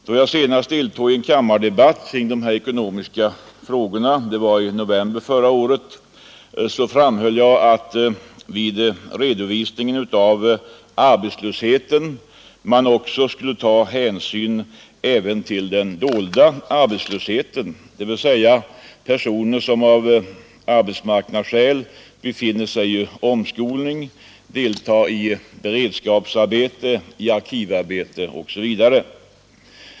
Då jag senast deltog i en kammarde batt kring dessa ekonomiska frågor — det var i november förra året — framhöll jag att man vid redovisningen av arbetslösheten också skulle ta hänsyn till den dolda arbetslösheten, dvs. antalet personer som av arbetsmarknadsskäl befinner sig i omskolning, deltar i beredskapsarbete, arkivarbete osv.